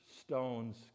stones